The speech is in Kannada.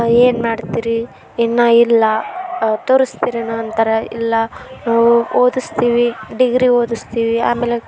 ಏನು ಮಾಡ್ತೀರಿ ಇನ್ನು ಇಲ್ಲ ತೋರಿಸ್ತಿರೇನು ಅಂತಾರೆ ಇಲ್ಲ ಓದಿಸ್ತೀವಿ ಡಿಗ್ರಿ ಓದಿಸ್ತೀವಿ ಆಮೇಲೆ